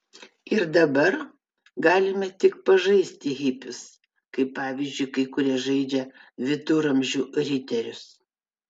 ir dabar galime tik pažaisti hipius kaip pavyzdžiui kai kurie žaidžia viduramžių riterius